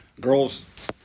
Girls